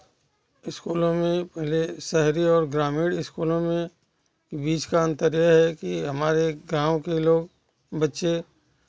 स्कूलों में पहले शहरी और ग्रामीण स्कूलों में बीच का अंतर यह है कि हमारे गाँव के लोग बच्चे